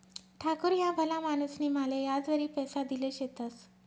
ठाकूर ह्या भला माणूसनी माले याजवरी पैसा देल शेतंस